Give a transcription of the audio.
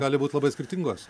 gali būt labai skirtingos